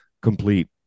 complete